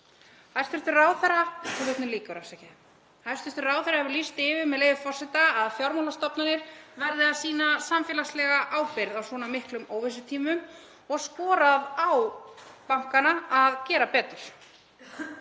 Hæstv. ráðherra hefur lýst því yfir að fjármálastofnanir verði að sýna samfélagslega ábyrgð á svona miklum óvissutímum og skorað á bankana að gera betur.